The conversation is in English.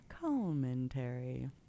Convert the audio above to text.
commentary